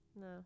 No